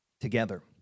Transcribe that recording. together